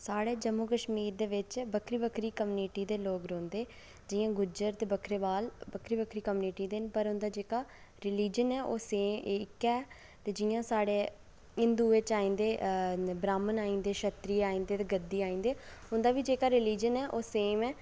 साढ़े जम्मू कश्मीर दे बिच बक्खरी बक्खरी कम्युनिटी दे लोक रौंह्दे जि'यां गुज्जर ते बक्करबाल बक्खरी बक्खरी कम्युनिटी दे न पर उं'दा जेह्का रिलिजन ऐ ओह् सेम ओह् इक ऐ ते जि'यां साढ़े हिंदुएं च आई जंदे ब्राह्मण आई जंदे क्षत्री आई जंदे ते गद्दी आई जंदे उं'दा बी जेह्का रिलिजन ऐ ओह् सेम ऐ